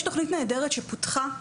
יש תוכנית נהדרת שפותחה,